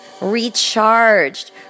recharged